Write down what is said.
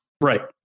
Right